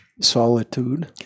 solitude